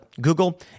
Google